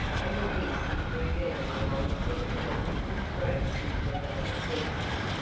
and with this he threw down the long-stemmed pipe, which broke into a dozen pieces.